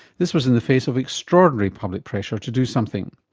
this was in the face of extraordinary public pressure to do something.